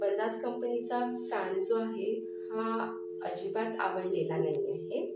बजाज कंपनीचा फॅन जो आहे हा अजिबात आवडलेला नाही आहे